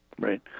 Right